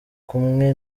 kumwe